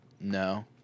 No